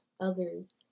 others